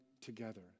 together